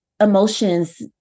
emotions